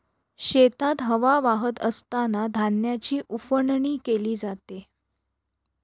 शेतात हवा वाहत असतांना धान्याची उफणणी केली जाते